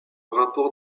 rapport